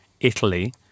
Italy